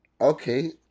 Okay